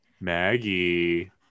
Maggie